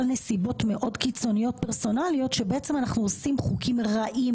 נסיבות מאוד קיצוניות פרסונליות שבעצם אנחנו עושים חוקים רעים